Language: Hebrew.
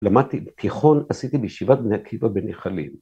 ‫למדתי בתיכון, ‫עשיתי בישיבת בני עקיבא בנחלים.